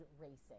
racing